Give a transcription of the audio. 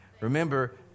Remember